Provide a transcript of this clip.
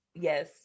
Yes